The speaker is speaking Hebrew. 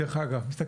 אבל מה?